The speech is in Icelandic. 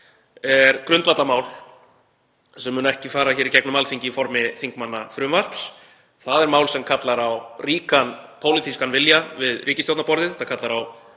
er grundvallarmál sem mun ekki fara í gegnum Alþingi í formi þingmannafrumvarps. Það er mál sem kallar á ríkan pólitískan vilja við ríkisstjórnarborðið. Þetta kallar á